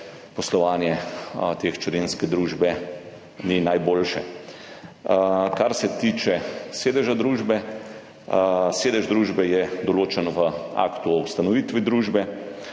poslovanje te hčerinske družbe ni najboljše. Kar se tiče sedeža družbe, sedež družbe je določen v aktu o ustanovitvi družbe